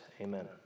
Amen